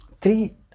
three